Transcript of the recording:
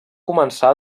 començar